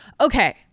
okay